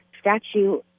statue